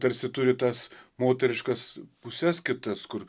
tarsi turi tas moteriškas puses kitas kur